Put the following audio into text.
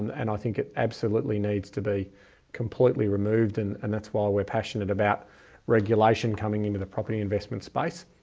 and i think it absolutely needs to be completely removed and and that's why we're passionate about regulation coming into the property investment space.